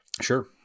Sure